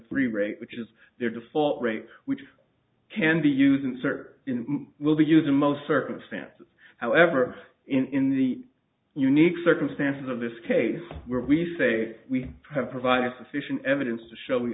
three rate which is their default rate which can be used in server will be used in most circumstances however in the unique circumstances of this case where we say we have provided sufficient evidence to show